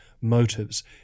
motives